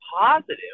positive